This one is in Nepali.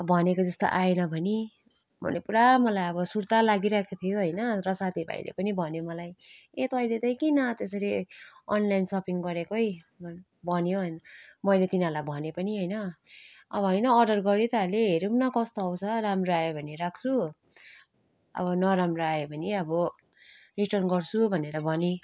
भनेको जस्तो आएन भने भन्ने मलाई पुरा अब सुर्ता लागिरहेको थियो होइन र साथीभाइले पनि भन्यो मलाई ए तैँले चाहिँ किन त्यसरी अनलाइन सपिङ गरेको है भन्यो मैले तिनीहरूलाई भनेँ पनि होइन अब होइन अर्डर गरि त हालेँ हेरौँ न कस्तो आउँछ राम्रो आयो भने राख्छु अब नराम्रो आयो भने अब रिटर्न गर्छु भनेर भनेँ